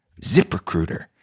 ZipRecruiter